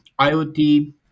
IoT